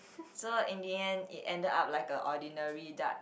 so in the end it ended up like a ordinary dart